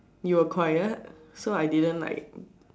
you are quiet so I didn't like